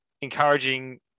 encouraging